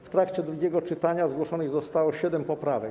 W trakcie drugiego czytania zgłoszonych zostało 7 poprawek.